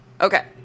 Okay